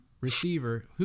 receiver